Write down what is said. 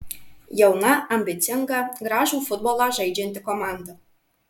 jauna ambicinga gražų futbolą žaidžianti komanda